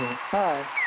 Hi